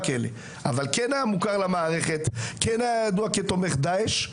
אבל כן היה מוכר למערכת, כן היה ידוע כתומך דעאש.